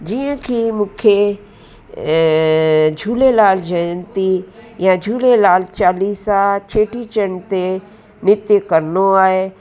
जीअं कि मूंखे झूलेलाल जयंती या झूलेलाल चालीसा चेटीचंड ते नृतु करिणो आहे